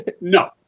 no